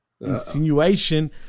insinuation